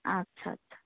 আচ্ছা আচ্ছা